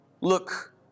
Look